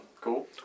Cool